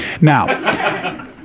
Now